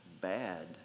bad